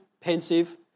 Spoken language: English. Pensive